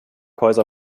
häuser